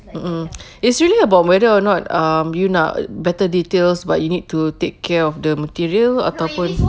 mm mm it's really about whether or not um you nak better details but you need to take care of the material ataupun